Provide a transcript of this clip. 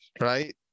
right